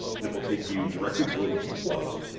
and it will take you directly to a list of flows.